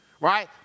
right